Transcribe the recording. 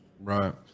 right